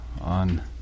on